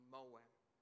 Moab